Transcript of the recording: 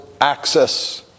access